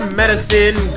medicine